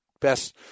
best